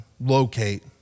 locate